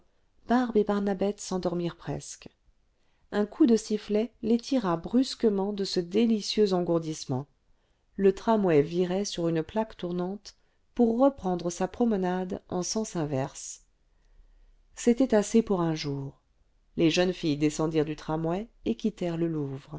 barbe et barnabette s'endormirent presque un coup de sifflet les tira brusquement de ce délicieux engourle vingtième siècle dissement le tramway virait sur une plaque tournante pour reprendre sa promenade en sens inverse c'était assez pour un jour les jeunes filles descendirent du tramway et quittèrent le louvre